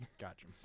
Gotcha